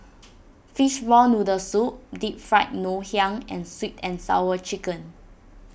Fishball Noodle Soup Deep Fried Ngoh Hiang and Sweet and Sour Chicken